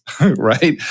right